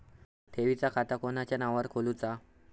ठेवीचा खाता कोणाच्या नावार खोलूचा?